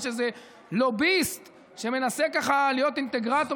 יש איזה לוביסט שמנסה ככה להיות אינטגרטור